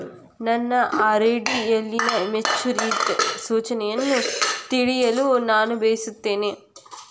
ನನ್ನ ಆರ್.ಡಿ ಯಲ್ಲಿನ ಮೆಚುರಿಟಿ ಸೂಚನೆಯನ್ನು ತಿಳಿಯಲು ನಾನು ಬಯಸುತ್ತೇನೆ